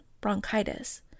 bronchitis